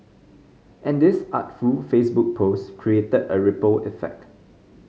and this artful Facebook post created a ripple effect